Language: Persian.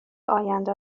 آینده